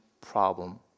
problem